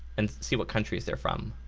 and see what countries they're from.